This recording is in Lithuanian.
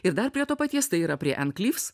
ir dar prie to paties tai yra prie en klyvs